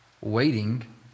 waiting